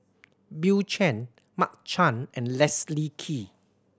Bill Chen Mark Chan and Leslie Kee